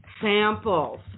samples